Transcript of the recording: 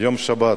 יום שבת,